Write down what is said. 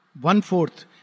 one-fourth